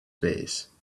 face